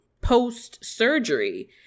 post-surgery